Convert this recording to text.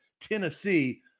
Tennessee